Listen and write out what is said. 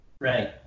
Right